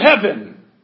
heaven